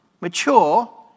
mature